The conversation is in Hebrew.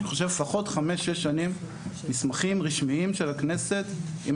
אני חושב לפחות חמש-שש שנים מסמכים רשמיים של הכנסת עם